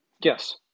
Yes